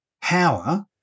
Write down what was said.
power